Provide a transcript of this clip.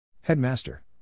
Headmaster